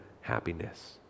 happiness